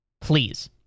Please